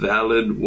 Valid